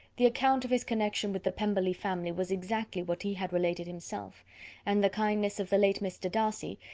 the account of his connection with the pemberley family was exactly what he had related himself and the kindness of the late mr. darcy,